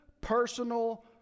personal